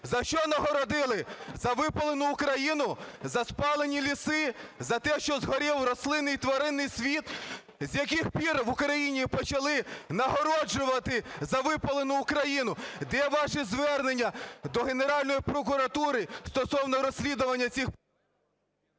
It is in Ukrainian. За що нагородили? За випалену Україну? За спалені ліси? За те, що згорів рослинний і тваринний світ? З яких пір в Україні почали нагороджувати за випалену Україну? Де ваші звернення до Генеральної прокуратури стосовно розслідування цих…